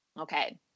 Okay